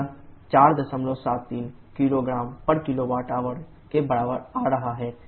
तो यह 473 kgkWh के बराबर आ रहा है